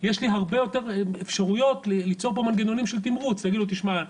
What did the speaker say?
יש לי הרבה יותר אפשרויות ליצור פה מנגנונים של תמרוץ ולהגיד לו "תשמע,